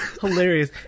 Hilarious